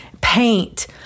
paint